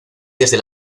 desde